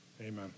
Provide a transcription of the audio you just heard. Amen